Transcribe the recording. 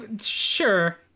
Sure